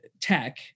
tech